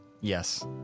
Yes